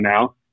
now